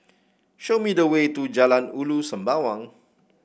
show me the way to Jalan Ulu Sembawang